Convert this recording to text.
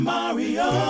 Mario